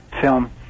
film